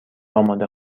آماده